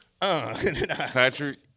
Patrick